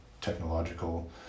technological